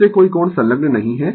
उससे कोई कोण संलग्न नहीं है